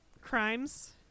crimes